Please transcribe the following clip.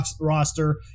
roster